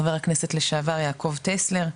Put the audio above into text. חבר הכנסת לשעבר יעקב טסלר,